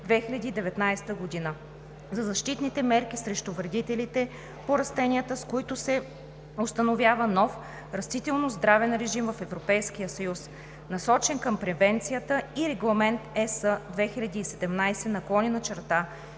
2019 г. за защитните мерки срещу вредителите по растенията, с който се установява нов растителноздравен режим в Европейския съюз, насочен към превенцията и Регламент (ЕС) 2017/625, с който